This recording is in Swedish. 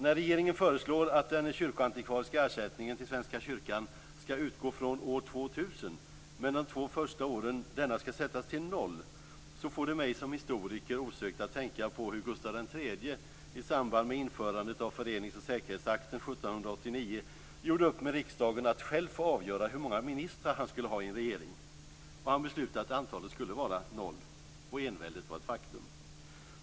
När regeringen föreslår att den kyrkoantikvariska ersättningen till Svenska kyrkan skall utgå från år 2000, men att den under de två första åren skall sättas till 0 kr, får det mig som historiker osökt att tänka på när Gustaf III i samband med införandet av förenings och säkerhetsakten 1789 gjorde upp med riksdagen om att själv få avgöra hur många ministrar som han skulle ha i en regering. Han beslutade då att antalet skulle vara noll, och enväldet var ett faktum.